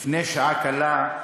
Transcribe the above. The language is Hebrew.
לפני שעה קלה,